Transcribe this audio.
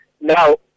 now